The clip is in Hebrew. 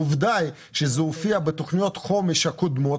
עובדה שזה הופיע בתכניות חומש הקודמות,